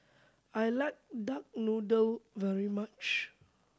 I like duck noodle very much